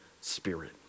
spirit